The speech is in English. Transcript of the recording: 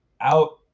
out